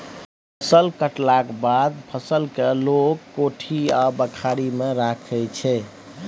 फसल कटलाक बाद फसल केँ लोक कोठी आ बखारी मे राखै छै